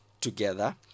together